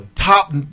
Top